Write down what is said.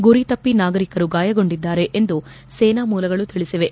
ಗುರಿ ತಪ್ಪಿ ನಾಗರಿಕರು ಗಾಯಗೊಂಡಿದ್ದಾರೆ ಎಂದು ಸೇನಾ ಮೂಲಗಳು ತಿಳಿಸಿವೆ